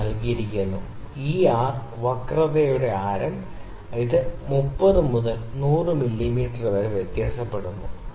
ഇവിടെ നൽകിയിരിക്കുന്ന ഈ R വക്രതയുടെ ആരം ഇത് 30 മുതൽ 10000 മില്ലീമീറ്റർ വരെ വ്യത്യാസപ്പെടുന്നു